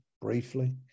briefly